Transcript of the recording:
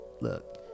look